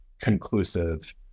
conclusive